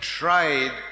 tried